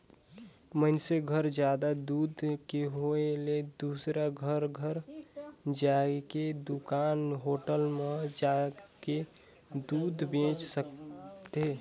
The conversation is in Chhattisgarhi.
मइनसे घर जादा दूद के होय ले दूसर घर घर जायके या दूकान, होटल म जाके दूद बेंच सकथे